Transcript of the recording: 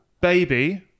baby